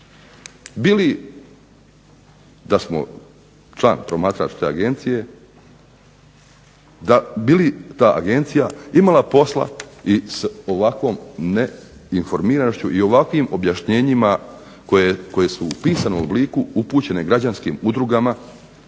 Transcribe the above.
Bi li da smo član promatračke agencije, bi li ta agencija imala posla i s ovakvom neinformiranošću i ovakvim objašnjenjima koja su u pisanom obliku upućene građanskim udrugama,